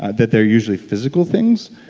that they're usually physical things,